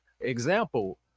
Example